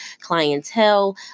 clientele